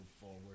forward